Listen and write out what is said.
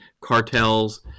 cartels